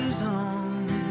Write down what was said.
on